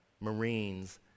marines